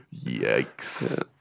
Yikes